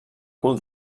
cul